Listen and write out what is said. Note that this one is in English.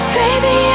baby